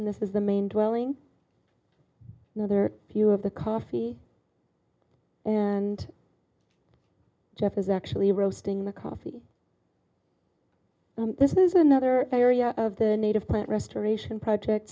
and this is the main dwelling another few of the coffee and geoff is actually roasting the coffee this is another area of the native plant restoration project